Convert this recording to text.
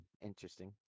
interesting